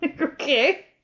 Okay